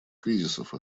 кризисов